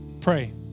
pray